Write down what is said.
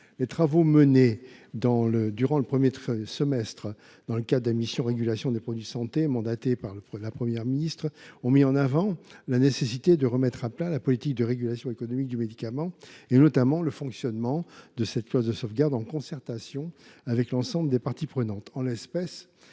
Les travaux menés durant le premier semestre dans le cadre de la mission « Régulation des produits de santé », mandatée par la Première ministre, ont mis en avant la nécessité de remettre à plat la politique de régulation économique du médicament, notamment le fonctionnement de la clause de sauvegarde, en concertation avec l’ensemble des parties prenantes. En l’espèce,